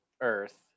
earth